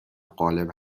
غالب